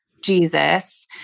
Jesus